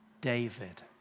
David